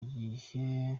gihe